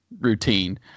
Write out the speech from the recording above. routine